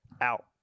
out